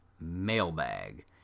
mailbag